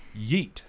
Yeet